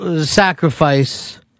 sacrifice